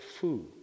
food